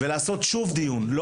ולעשות דיון, שוב.